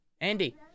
Andy